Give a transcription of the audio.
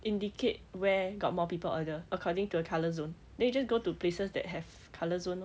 indicate where got more people order according to a colour zone then you just go to places that have colour zone lor